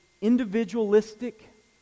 individualistic